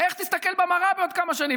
איך תסתכל במראה בעוד כמה שנים?